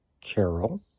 Carol